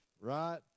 right